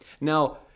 Now